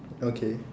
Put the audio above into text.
okay